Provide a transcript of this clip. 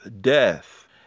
death